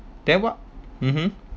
then what mmhmm